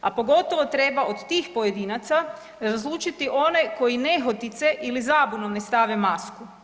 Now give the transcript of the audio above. A pogotovo treba od tih pojedinaca razlučiti one koji nehotice ili zabunom ne stave masku.